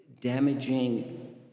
damaging